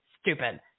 stupid